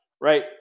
right